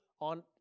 on